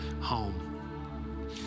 home